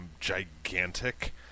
gigantic